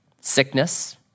Sickness